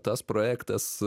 tas projektas